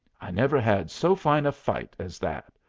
i never had so fine a fight as that!